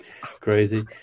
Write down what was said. crazy